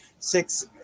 Six